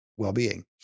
well-being